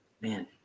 man